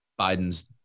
Biden's